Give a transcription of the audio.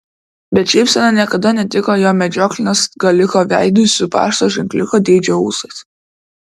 bet šypsena niekada netiko jo medžioklinio skaliko veidui su pašto ženkliuko dydžio ūsais